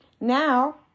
Now